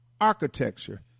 architecture